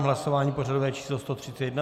Hlasování pořadové číslo 131.